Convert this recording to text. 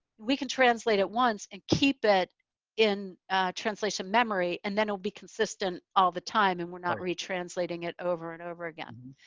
we can translate at once and keep it in a translation memory. and then it'll be consistent all the time. and we're not really translating it over and over again.